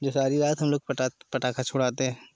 जो सारी रात हम लोग पटाखा छुड़ाते हैं